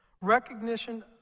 Recognition